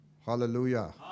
hallelujah